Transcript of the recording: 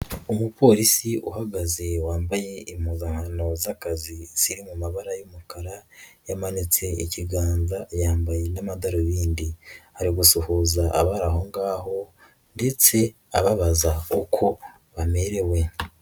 Umupolisi uhagaze wambaye impugano z'akazi ziri mabara y'umukara yamanitse ikiganza yambaye n'amadarubindi ari gusuhuza abari aho ngaho ndetse ababaza uko bamerewe.